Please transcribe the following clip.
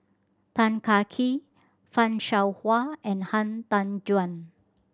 Tan Kah Kee Fan Shao Hua and Han Tan Juan